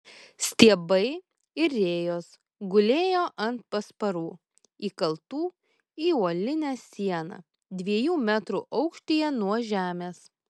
stiebai ir rėjos gulėjo ant pasparų įkaltų į uolinę sieną dviejų metrų aukštyje nuo žemės